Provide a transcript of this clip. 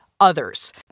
others